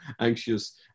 anxious